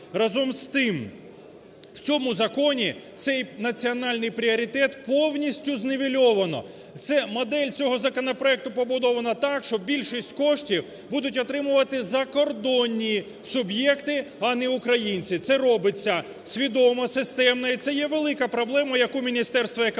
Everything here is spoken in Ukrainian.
Разом з тим в цьому законі цей національний пріоритет повністю знівельовано, це модель цього законопроекту побудована так, що більшість коштів будуть отримувати закордонні суб'єкти, а не українці. Це робиться свідомо, системно, і це є велика проблема, яку Міністерство економіки